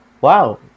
wow